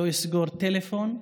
לא יסגור טלפון,